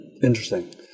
Interesting